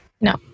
No